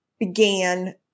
began